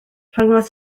rhyngot